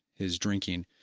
his drinking.